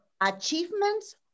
achievements